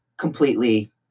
completely